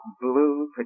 blue